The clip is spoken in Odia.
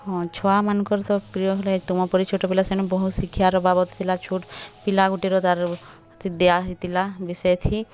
ହଁ ଛୁଆମାନଙ୍କର୍ ତ ପ୍ରିୟ ହେଲା ତୁମ ପରି ଛୋଟ ପିଲା ସେନୁ ବହୁତ୍ ଶିଖିବାର୍ ବାବଦ୍ ଥିଲା ଛୋଟ୍ ପିଲା ଗୋଟିର ତାର୍ ଦିଆହେଇଥିଲା ବିଷୟଥି